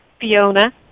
Fiona